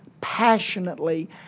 passionately